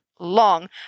long